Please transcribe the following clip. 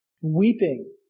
weeping